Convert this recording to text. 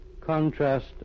Contrast